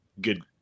good